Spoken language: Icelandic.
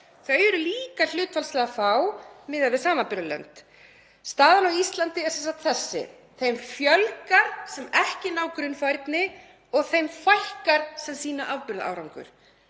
Þau eru líka hlutfallslega fá miðað við samanburðarlönd. Staðan á Íslandi er sem sagt þessi: Þeim fjölgar sem ekki ná grunnfærni og þeim fækkar sem sýna afburðaárangur.